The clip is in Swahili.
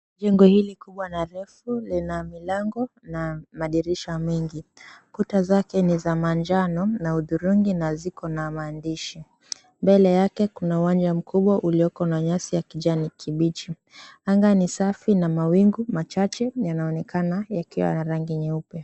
Jengo hili likubwa na refu lina milango na madirisha mengi, kuta zake ni za manjano na hudhurungi na ziko na maandishi mbele yake kuna uwanja mkubwa ulioko na nyasi ya kijani kibichi, anga ni safi na mawingu machache yanaonekana yakiwa na rangi nyeupe.